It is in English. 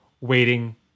waiting